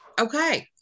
Okay